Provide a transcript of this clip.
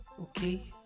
okay